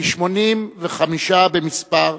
כ-85 במספר,